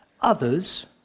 others